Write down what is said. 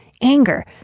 anger